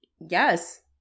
Yes